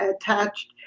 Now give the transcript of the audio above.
attached